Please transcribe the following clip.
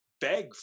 beg